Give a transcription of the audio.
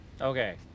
Okay